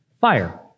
fire